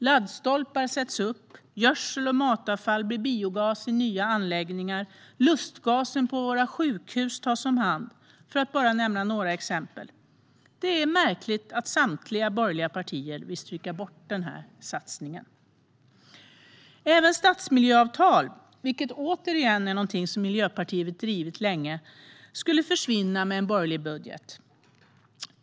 Laddstolpar sätts upp, gödsel och matavfall blir biogas i nya anläggningar, lustgasen på våra sjukhus tas om hand, för att bara nämna några exempel. Det är märkligt att samtliga borgerliga partier vill stryka bort den satsningen. Även stadsmiljöavtal, vilket återigen är någonting som Miljöpartiet drivit länge, skulle försvinna med en borgerlig budget.